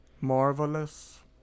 marvelous